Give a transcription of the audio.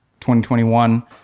2021